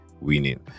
winning